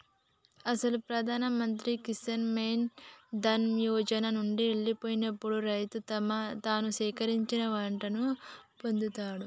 అసలు ప్రధాన మంత్రి కిసాన్ మాన్ ధన్ యోజన నండి ఎల్లిపోయినప్పుడు రైతు తను సేకరించిన వాటాను పొందుతాడు